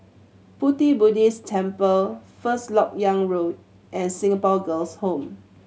Pu Ti Buddhist Temple First Lok Yang Road and Singapore Girls' Home